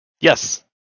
Yes